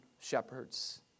shepherds